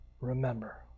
Remember